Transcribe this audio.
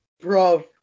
Bro